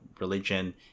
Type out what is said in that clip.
religion